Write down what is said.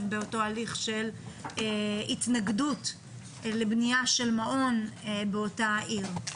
באותו הליך של התנגדות לבנייה של מעון באותה עיר.